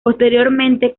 posteriormente